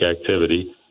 activity